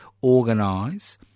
organise